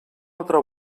altra